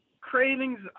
cravings